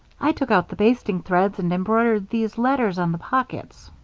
i took out the basting threads and embroidered these letters on the pockets.